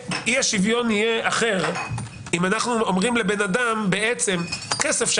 אי-השוויון יהיה אחר בנושא הזה אם אנחנו אומרים לבן אדם שהכסף שהוא